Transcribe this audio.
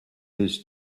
his